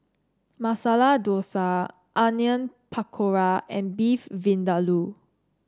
Masala Dosa Onion Pakora and Beef Vindaloo